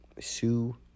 Sue